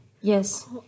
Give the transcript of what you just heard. Yes